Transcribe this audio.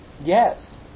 Yes